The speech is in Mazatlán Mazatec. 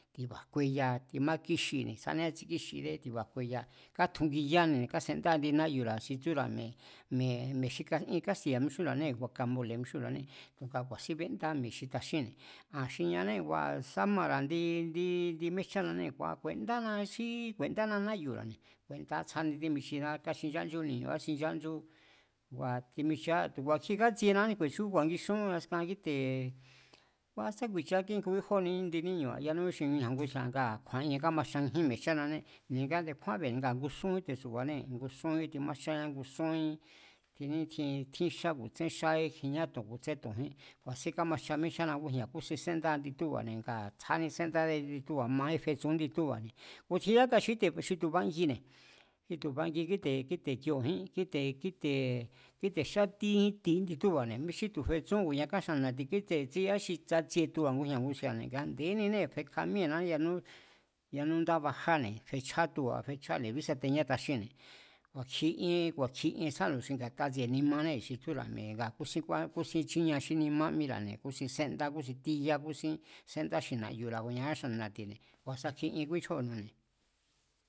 Ti̱ba̱ jkueya timákíxini tsjádé kátsíkíxidé ti̱ba̱ jkueya, katjungiyánine̱ kásendá indi náyu̱ra̱ xi tsúra̱ mi̱e̱, mi̱e̱ xi kas xi ien kástiya̱ mixúnra̱anée̱ nga guakamole̱ mixúnra̱anée̱, nga ku̱a̱sín béndá mi̱e̱ xi taxínne̱ aa̱n xi ñanée̱ ngua̱ sá mara̱ ndi ndi mi̱e̱jchánanée̱ ngua̱ ku̱e̱ndána xí ku̱e̱ndána náyu̱ra̱ne̱, ku̱e̱ndá tsjáni tímichidéá káxinchánchú ni̱ñu̱ kaxinchanchú ngua̱ timichiá tu̱ ku̱a̱kji kátsienia kju̱e̱chú ku̱a̱ngixún askan kíte̱ ngua sá ku̱i̱chia kíngu kíjó indi níñu̱ba̱ne̱, a̱ yaníjún xi ngujña̱ nguski̱a̱ kju̱a̱'ien kámajchajín mi̱e̱jchánane ni̱nga nde̱kjúánbi̱ ngaa̱ ngusúnjín tetsu̱ba̱anée̱, ngusúnjín timájcháá, ngusúnjín tjin nítjin tjín xa ku̱ tsen xájín, kjiña to̱n ku̱ tsen to̱njín ku̱a̱sín kámajcha míéjchána ngújña̱ kúsin séndá indi túba̱ne̱ ngaa̱ tsjáni séndádé kjindi túba̱ kua̱ majín fetsun índi túba̱ne̱, ku̱ tjin yáka xi íte̱, xitu̱ bangine̱, tu̱ bangi kíte̱ kioo̱jín, kíte̱ xátíjín jti índi túba̱ne̱ míchjí tu̱ fetsún ku̱nia káxannu̱ na̱ti, kíte̱ tséyajín xi tsatsie tuba̱ ngujña̱ nguski̱a̱ne̱. Nga nde̱éninée̱ fekja míée̱ná yanú xi, yanú ndá bajáne̱ fechjá tuba̱, fehcjáne̱ bísateñá taxínne̱. Ku̱a̱kji íén, ku̱a̱kji ien tsjánu̱ xi nga̱ta tsi̱e̱ nimanée̱ xi tsúra̱ mi̱e̱ kúsin chíniea xí nimá míra̱ne̱, kúsin séndá kúsin jtíya, kúsin sénda xi na̱yu̱ra̱ ku̱nia áxannu̱ na̱tine̱, ku̱a̱sakji ien kúínchjóo̱nune̱.